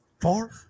four